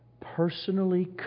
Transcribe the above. personally